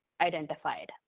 identified